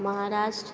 Maharashtra